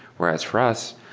whereas for us,